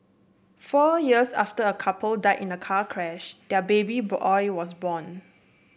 four years after a couple died in a car crash their baby boy was born